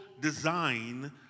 design